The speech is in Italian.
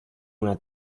una